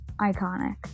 iconic